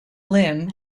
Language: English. lim